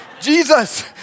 Jesus